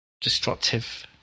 destructive